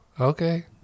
okay